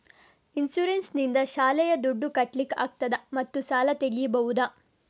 Insurance ನಿಂದ ಶಾಲೆಯ ದುಡ್ದು ಕಟ್ಲಿಕ್ಕೆ ಆಗ್ತದಾ ಮತ್ತು ಸಾಲ ತೆಗಿಬಹುದಾ?